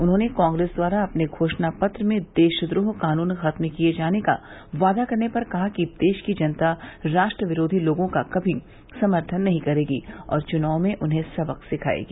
उन्होंने कांग्रेस द्वारा अपने घोषणा पत्र में देशद्रोह कानून खत्म किये जाने का बादा करने पर कहा कि देश की जनता राष्ट्र विरोधी लोगों का कमी समर्थन नहीं करेगी और चुनाव में उन्हें सबक सिखायेगी